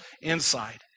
inside